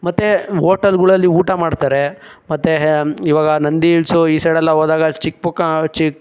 ಮತ್ತೆ ಹೋಟೆಲ್ಗಳಲ್ಲಿ ಊಟ ಮಾಡ್ತಾರೆ ಮತ್ತೆ ಈವಾಗ ನಂದಿ ಹಿಲ್ಸು ಈ ಸೈಡೆಲ್ಲ ಹೋದಾಗ ಚಿಕ್ಕ ಪುಕ್ಕ ಚಿಕ್ಕ